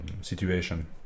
situation